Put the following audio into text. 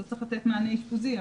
אז צריך לתת מענה אשפוזי,